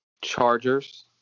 Chargers